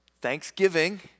thanksgiving